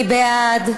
מי בעד?